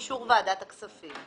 באישור ועדת הכספים.